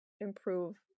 improve